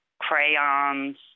crayons